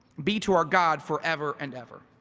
be to our god forever and ever